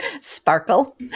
Sparkle